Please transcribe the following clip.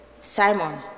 Simon